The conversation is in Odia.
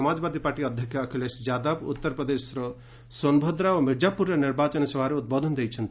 ସମାଜବାଦୀ ପାର୍ଟି ଅଧ୍ୟକ୍ଷ ଅଖିଳେଶ ଯାଦବ ଉତ୍ତର ପ୍ରଦେଶର ସୋନ୍ଭଦ୍ରା ଓ ମିର୍କାପ୍ରରେ ନିର୍ବାଚନୀ ସଭାରେ ଉଦ୍ବୋଧନ ଦେଇଛନ୍ତି